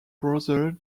brother